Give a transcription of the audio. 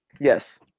Yes